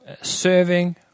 serving